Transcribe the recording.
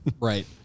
Right